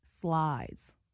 slides